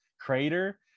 crater